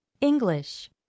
English